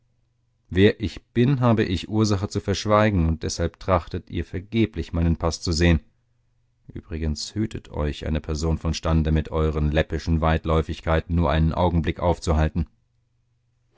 wer ich bin habe ich ursache zu verschweigen und deshalb trachtet ihr vergeblich meinen paß zu sehen übrigens hütet euch eine person von stande mit eueren läppischen weitläuftigkeiten nur einen augenblick aufzuhalten